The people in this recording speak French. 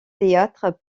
théâtres